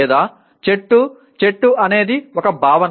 లేదా చెట్టు చెట్టు అనేది ఒక భావన